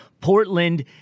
Portland